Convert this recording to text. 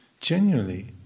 genuinely